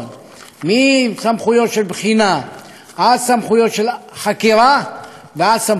מסמכויות של בחינה עד סמכויות של חקירה ועד סמכויות של אכיפה.